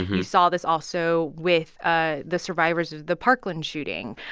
you saw this also with ah the survivors of the parkland shooting.